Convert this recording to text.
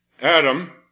Adam